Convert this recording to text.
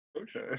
Okay